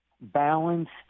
balanced